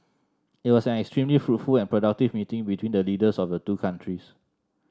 it was an extremely fruitful and productive meeting between the leaders of the two countries